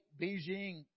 Beijing